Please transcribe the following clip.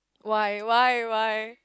why why why